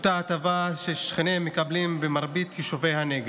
הטבה ששכניהם מקבלים במרבית יישובי הנגב.